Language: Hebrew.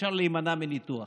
אפשר להימנע מניתוח.